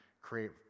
create